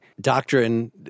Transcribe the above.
doctrine